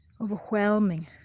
overwhelming